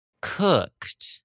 Cooked